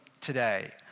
today